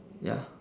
ya